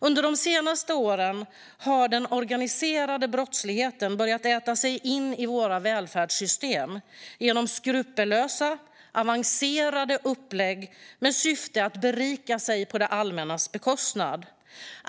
Under de senaste åren har den organiserade brottsligheten börjat äta sig in i våra välfärdssystem genom skrupelfria, avancerade upplägg i syfte att berika sig på det allmännas bekostnad.